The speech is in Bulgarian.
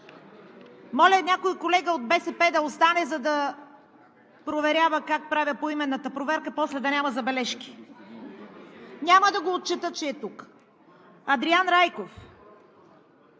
Моля някой колега от БСП да остане, за да проверява как правя поименната проверка. После да няма забележки. Няма да го отчета, че е тук. Андриан Иванов